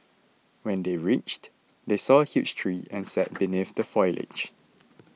when they reached they saw a huge tree and sat beneath the foliage